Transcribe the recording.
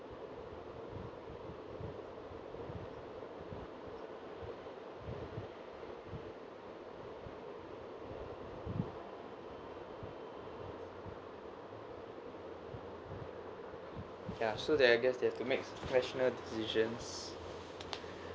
ya so I guess they have to make professional decisions